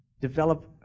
develop